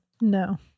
No